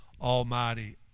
Almighty